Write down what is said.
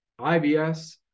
IBS